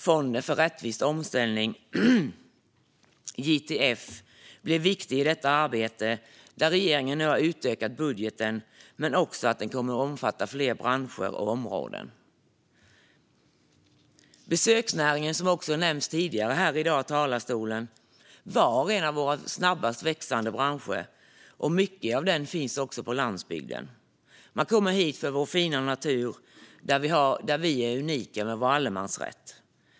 Fonden för en rättvis omställning, JTF, blir viktig i detta arbete, där regeringen nu har utökat budgeten, men den kommer också att omfatta fler branscher och områden. Besöksnäringen, som nämnts tidigare här i dag, var en av våra snabbast växande branscher. Mycket av den finns också på landsbygden. Man kommer hit för vår fina natur, där vi är unika med vår allemansrätt.